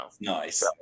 nice